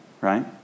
right